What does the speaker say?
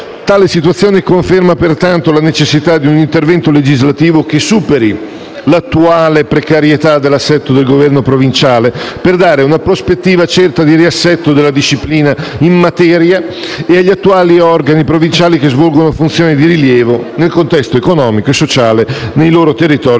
Tale situazione conferma pertanto la necessità di un intervento legislativo che superi l'attuale precarietà dell'assetto del governo provinciale per dare una prospettiva certa di riassetto della disciplina in materia e agli attuali organi provinciali che svolgono funzioni di rilievo nel contesto economico e sociale nei loro territori